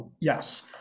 Yes